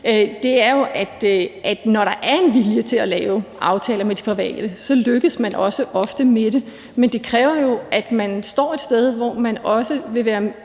det er sådan, at når der er en vilje til at lave aftaler med de private, lykkes man også ofte med det, men det kræver jo, at man står et sted, hvor man også vil være